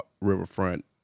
Riverfront